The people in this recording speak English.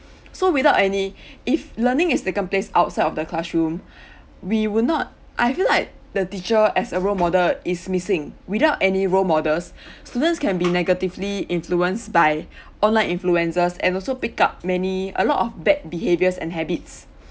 so without any if learning is taken place outside of the classroom we would not I feel like the teacher as a role model is missing without any role models students can be negatively influenced by online influencers and also pick up many a lot of bad behaviors and habits